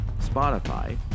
Spotify